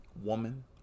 woman